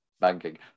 banking